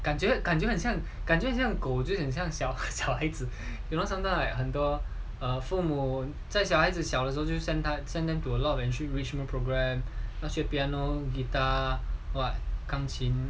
感觉感觉很像感觉像狗很像小小孩子 you know sometimes 很多父母在小孩子小的时候就 send that send them to a lot of entry arrangement program 那些 piano guitar but 钢琴